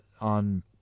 on